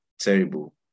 terrible